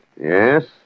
Yes